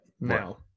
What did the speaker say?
now